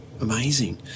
amazing